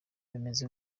bimeze